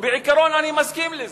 ובעיקרון אני מסכים לזה.